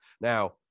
now